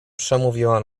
przemówiła